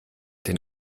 den